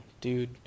dude